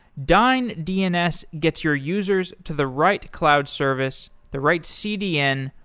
dyn dns gets your users to the right cloud service, the right cdn,